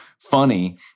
funny